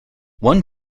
one